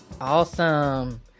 Awesome